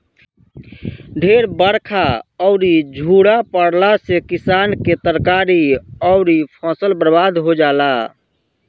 ढेर बरखा अउरी झुरा पड़ला से किसान के तरकारी अउरी फसल बर्बाद हो जाला